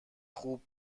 خوب